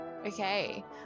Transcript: Okay